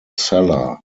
cellar